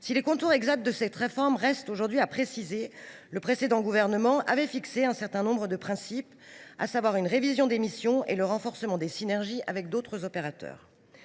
Si les contours exacts de la réforme restent à préciser, le précédent Gouvernement avait fixé un certain nombre de principes, parmi lesquels la révision des missions et le renforcement des synergies avec d’autres opérateurs.